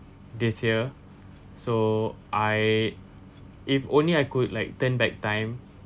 this year so I if only I could like turn back time